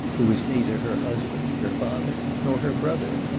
who was neither her husband, her father, nor her brother.